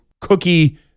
cookie